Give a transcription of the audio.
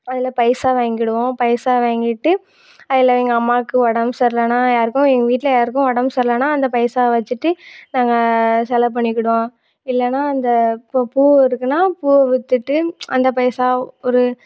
அதில் பைசா வாங்கிவிடுவோம் பைசா வாங்கிவிட்டு அதில் எங்கள் அம்மாவுக்கு உடம்பு சரியில்லைன்னா யாருக்கும் எங்கள் வீட்டில் யாருக்கும் உடம்பு சரியில்லைன்னா அந்த பைசாவை வச்சுட்டு நாங்கள் செலவுப் பண்ணிக்கிடுவோம் இல்லைன்னா அந்த பூ பூ இருக்குன்னால் பூவை விற்றுட்டு அந்த பைசாவை ஒரு